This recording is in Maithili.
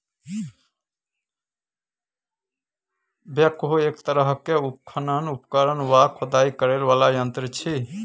बैकहो एक तरहक उत्खनन उपकरण वा खुदाई करय बला यंत्र छै